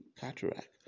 cataract